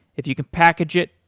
if you can package it,